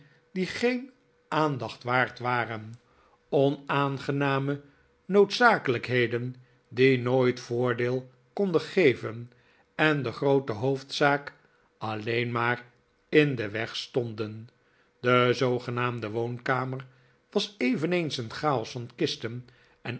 die geen aandacht waard waren onaangename noodzakelijkheden die nooit voordeel konden geven en de groote hoofdzaak alleen maar in den weg stonden de zoogenaamde woonkamer was eveneens een chaos van kisten en